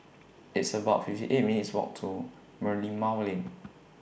It's about fifty eight minutes' Walk to Merlimau Lane